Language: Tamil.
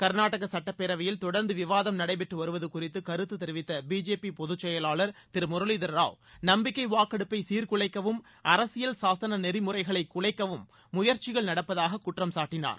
கர்நாடக சுட்டப் பேரவையில் தொடர்ந்து விவாதம் நடைபெற்று வருவது குறித்து கருத்து தெரிவித்த பிஜேபி பொதுச் செயலாளர் திரு முரளிதரராவ் நம்பிக்கை வாக்கெடுப்பை சீர்குலைக்கவும் அரசியல் சாசன நெறிமுறைகளை குலைக்கவும் முயற்சிகள் நடப்பதாக குற்றம் சாட்டினார்